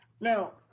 Now